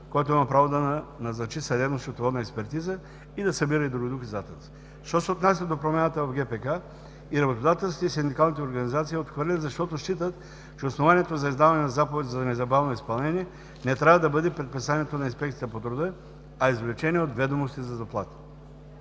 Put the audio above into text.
който има право да назначи съдебно-счетоводна експертиза и да събира и други доказателства. Що се отнася до промяната в Гражданския процесуален кодекс – и работодателските, и синдикалните организации я отхвърлят, защото считат, че основанието за издаване на заповед за незабавно изпълнение не трябва да бъде предписанието на Инспекцията по труда, а извлечението от ведомости за заплати.